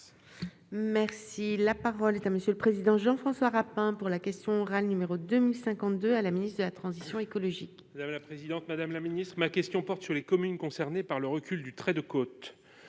Merci, la parole est à monsieur le président, Jean-François Rapin pour la question orale, numéro 2 1052 à la ministre de la transition écologique. Madame la présidente, madame la ministre ma question porte sur les communes concernées par le recul du trait de côte,